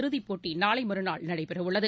இறுதிப் போட்டி நாளைமறுநாள் நடைபெறவுள்ளது